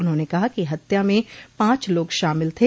उन्होंने कहा कि हत्या में पांच लोग शामिल थे